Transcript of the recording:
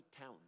town